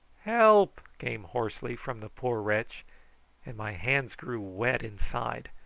help! came hoarsely from the poor wretch and my hands grew wet inside,